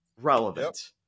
relevant